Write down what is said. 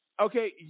Okay